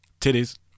titties